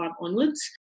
onwards